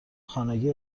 خانگی